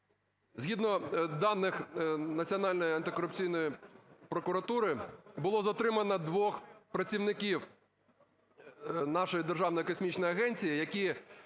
згідно даних Національної антикорупційної прокуратури було затримано двох працівників нашої Державної космічної агенції, які